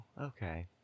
okay